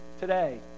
today